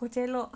what is pucailok